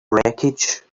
wreckage